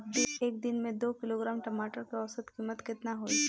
एक दिन में दो किलोग्राम टमाटर के औसत कीमत केतना होइ?